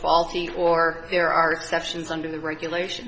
faulty or there are exceptions under the regulation